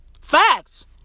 Facts